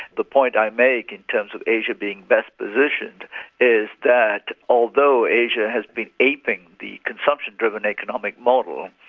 the point i make in terms of asia being best positioned is that although asia has been aping the consumption driven economic model,